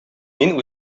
мин